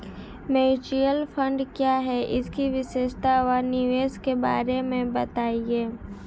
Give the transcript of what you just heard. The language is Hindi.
म्यूचुअल फंड क्या है इसकी विशेषता व निवेश के बारे में बताइये?